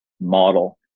model